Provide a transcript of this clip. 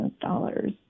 dollars